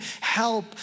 Help